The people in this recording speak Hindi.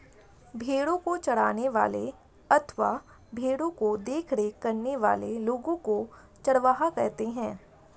भेड़ों को चराने वाले अथवा भेड़ों की देखरेख करने वाले लोगों को चरवाहा कहते हैं